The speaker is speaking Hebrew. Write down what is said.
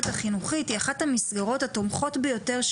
החינוכית היא אחת המסגרות התומכות ביותר,